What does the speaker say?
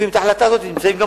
היו פה